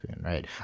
Right